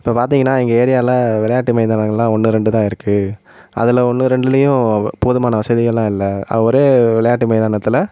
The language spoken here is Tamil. இப்போ பார்த்தீங்கனா எங்கள் ஏரியாவில் விளையாட்டு மைதானங்கள்லாம் ஒன்று ரெண்டு தான் இருக்குது அதில் ஒன்று ரெண்டுலேயும் போதுமான வசதிகள்லாம் இல்லை ஒரே விளையாட்டு மைதானத்தில்